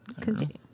Continue